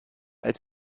als